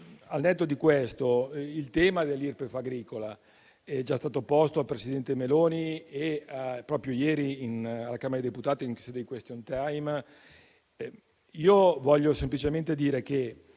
Al netto di questo, il tema dell'Irpef agricola è già stato posto al presidente Meloni proprio ieri alla Camera dei deputati, in sede di *question time*. Voglio semplicemente dire che